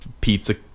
pizza